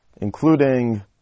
including